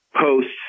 posts